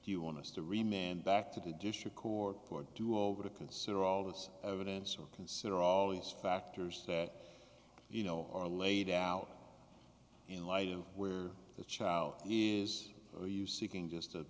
do you want us to remain back to the district court for do over to consider all this evidence or consider all these factors that you know are laid out in light of where the child is